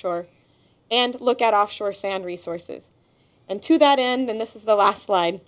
shore and look at offshore sand resources and to that end this is the last line